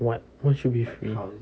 what what should be free